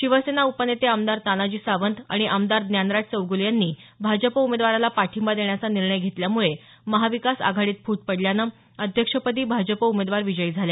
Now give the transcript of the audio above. शिवसेना उपनेते आमदार तानाजी सावंत आणि आमदार ज्ञानराज चौग़ले यांनी भाजप उमेदवाराला पाठिंबा देण्याचा निर्णय घेतल्यामुळे महाविकास आघाडीत फूट पडल्यानं अध्यक्षपदी भाजप उमेदवार विजयी झाल्या